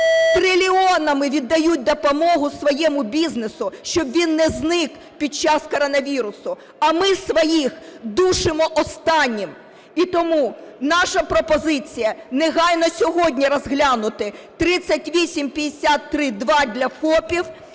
трильйонами віддають допомогу своєму бізнесу, щоб він не зник під час коронавірусу, а ми своїх душимо останнім. І тому наша пропозиція: негайно сьогодні розглянути 3853-2 для ФОПів